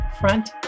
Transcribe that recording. Front